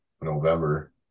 November